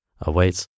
awaits